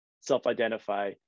self-identify